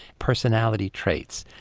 personality traits.